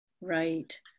Right